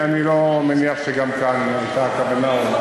ואני מניח שגם כאן לא הייתה הכוונה.